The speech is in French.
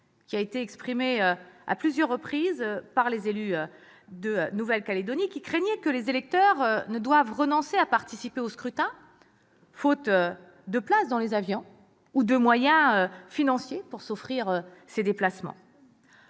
forte exprimée à plusieurs reprises par les élus de Nouvelle-Calédonie qui craignaient que des électeurs ne doivent renoncer à participer au scrutin, faute de place dans les avions ou de moyens de s'offrir un tel déplacement.